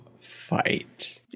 fight